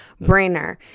brainer